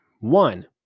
One